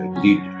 lead